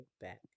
back